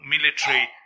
military